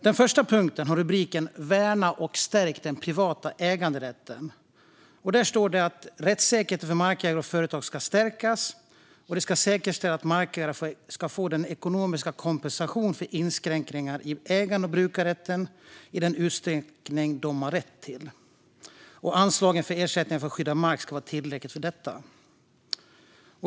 Den första punkten inleds med orden "Värna och stärk den privata äganderätten", och där står det att rättssäkerheten för markägare och företag ska stärkas och att det ska säkerställas att markägare ska få ekonomisk kompensation för inskränkningar i ägande och brukanderätten i den utsträckning de har rätt till. Anslagen för ersättningar för skyddad mark ska vara tillräckliga för detta.